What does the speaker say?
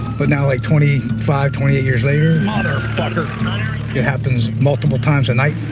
but now, like twenty five, twenty eight years later, mother fucker! it happens multiple times a night.